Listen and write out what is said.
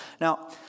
Now